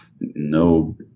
no